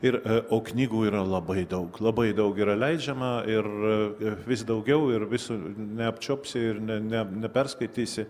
ir o knygų yra labai daug labai daug yra leidžiama ir vis daugiau ir vis neapčiuopsi ir ne ne neperskaitysi